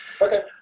Okay